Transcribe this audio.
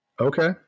Okay